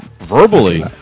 Verbally